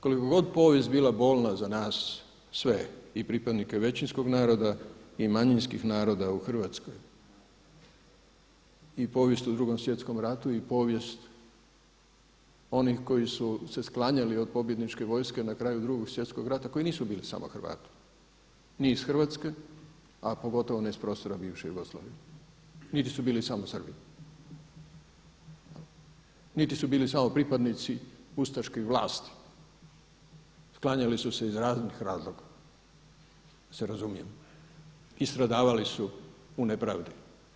Koliko god povijest bila bolna za nas sve i pripadnike većinskog naroda, i manjinskih naroda u Hrvatskoj, i povijest u Drugom svjetskom ratu, i povijest onih koji su se sklanjali od pobjedničke vojske na kraju Drugog svjetskog rata koji nisu bili samo Hrvati ni iz Hrvatske, a pogotovo ne iz prostora bivše Jugoslavije, niti su bili samo Srbi, niti su bili samo pripadnici ustaških vlasti sklanjali su se iz raznih razloga da se razumijemo i stradavali su u nepravdi.